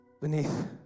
beneath